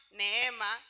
neema